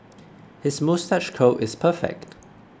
his moustache curl is perfect